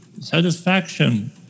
Satisfaction